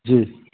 जी